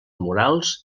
morals